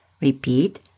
Repeat